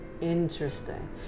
interesting